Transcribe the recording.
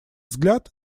взгляд